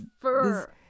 fur